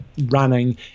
running